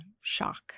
shock